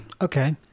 Okay